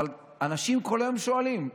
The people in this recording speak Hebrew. אבל אנשים כל היום שואלים.